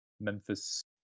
Memphis